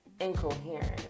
incoherent